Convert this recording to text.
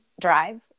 drive